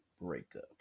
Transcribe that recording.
breakup